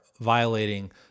violating